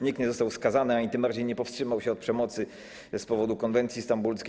Nikt nie został skazany ani tym bardziej nie powstrzymał się od przemocy z powodu konwencji stambulskiej.